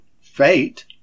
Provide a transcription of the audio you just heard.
fate